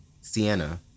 Sienna